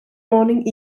morning